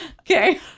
Okay